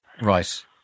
Right